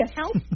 help